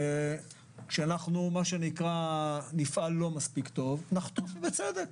אם נפעל לא מספיק טוב, נחטוף בצדק.